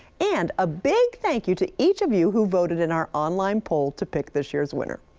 and a big thank you to each of you who voted in our online poll to pick this year's winner.